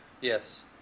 Yes